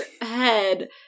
head